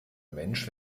mensch